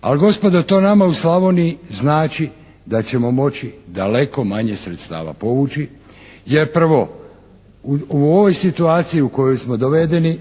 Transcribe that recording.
Ali gospodo, to nama u Slavoniji znači da ćemo moći daleko manje sredstava povući jer prvo, u ovoj situaciji u kojoj smo dovedeni,